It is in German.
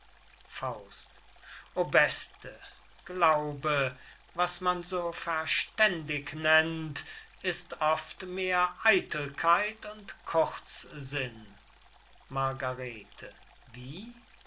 bin o beste glaube was man so verständig nennt ist oft mehr eitelkeit und kurzsinn margarete wie